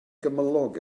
gymylog